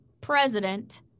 president